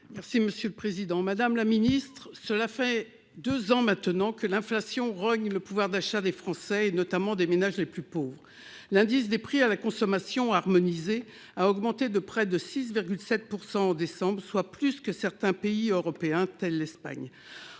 Mme Raymonde Poncet Monge. Madame la ministre, cela fait deux ans maintenant que l'inflation rogne le pouvoir d'achat des Français, notamment des ménages les plus pauvres. L'indice des prix à la consommation harmonisé a augmenté de près de 6,7 % au mois de décembre, soit plus que dans certains pays européens, comme l'Espagne.